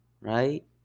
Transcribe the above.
right